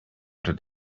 did